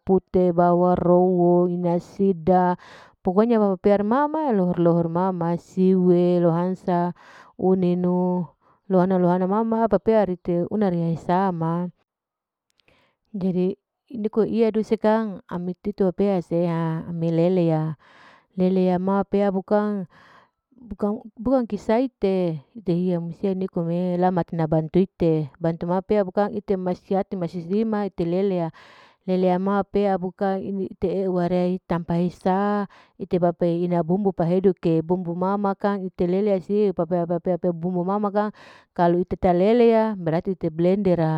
puteh bawa rowo, ina sida pokonya bapa pira mama pea'e mama siu'e lohansa uninu, lohana lohana mama papea rite una riya husa ma, jadi inuku iyanu ise kang, ami tido pea sia ami mi leleya, leleama pea bukang bukang bukang kisaite, dehiya musia nikome lama nabantuite, bantu ma pea bukang ite masiatu, mai sisdima, ite leleiya, lelea ma pea bukang ini ite e'eurai hitampahisa ite bapa ina bumbu paheduke bumbu mamam kang ite lelea siu papea bumbu mama kang kalu ite ta leleya berarti ite blender ra.